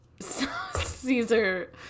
Caesar